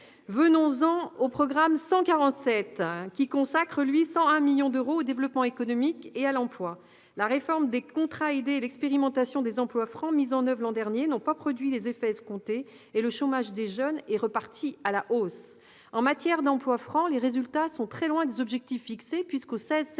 intégrées. Le programme 147 consacre 101 millions d'euros au développement économique et à l'emploi. La réforme des contrats aidés et l'expérimentation des emplois francs mises en oeuvre l'an dernier n'ont pas produit les effets escomptés et le chômage des jeunes est reparti à la hausse. En matière d'emplois francs, les résultats sont très loin des objectifs fixés. Au 16 septembre